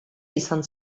izan